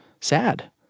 sad